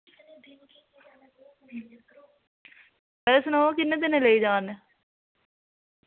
पैह्ले सनाओ किन्ने दिने लेई जा ने